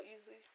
easily